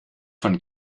von